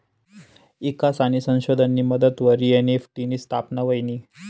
ईकास आणि संशोधननी मदतवरी एन.ई.एफ.टी नी स्थापना व्हयनी